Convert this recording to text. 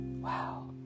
wow